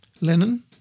Lenin